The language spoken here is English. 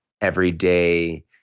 everyday